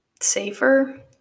safer